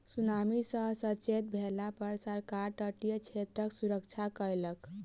tsunami सॅ सचेत भेला पर सरकार तटीय क्षेत्रक सुरक्षा कयलक